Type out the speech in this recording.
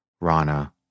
Rana